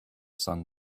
sun